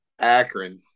Akron